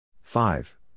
five